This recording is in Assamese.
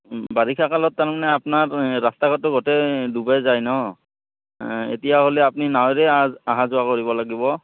বাৰিষা কালত তাৰমানে আপোনাৰ ৰাস্তা ঘাটটো গোটেই ডুবাই যায় ন এতিয়াহ'লে আপুনি নাৱৰে অহা যোৱা কৰিব লাগিব